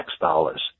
dollars